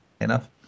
enough